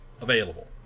available